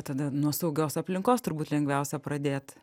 tada nuo saugios aplinkos turbūt lengviausia pradėt